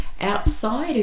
outside